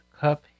cup